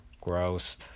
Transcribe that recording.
Gross